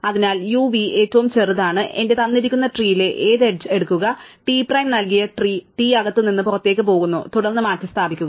അതിനാൽ uv ഏറ്റവും ചെറുതാണ് എന്റെ തന്നിരിക്കുന്ന ട്രീലെ ഏത് എഡ്ജ് എടുക്കുക T പ്രൈം നൽകിയ ട്രീ T അകത്ത് നിന്ന് പുറത്തേക്ക് പോകുന്നു തുടർന്ന് മാറ്റിസ്ഥാപിക്കുക